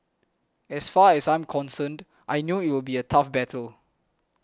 as far as I'm concerned I know it will be a tough battle